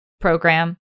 program